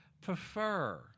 prefer